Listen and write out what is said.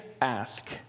Ask